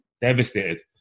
devastated